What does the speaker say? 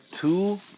two